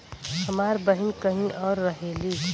हमार बहिन कहीं और रहेली